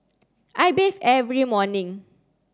I bathe every morning